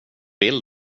vill